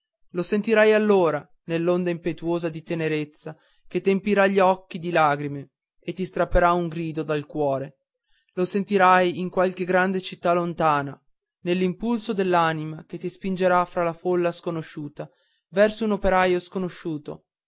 lo sentirai allora nell'onda impetuosa di tenerezza che t'empirà gli occhi di lagrime e ti strapperà un grido dal cuore lo sentirai in qualche grande città lontana nell'impulso dell'anima che ti spingerà fra la folla sconosciuta verso un operaio sconosciuto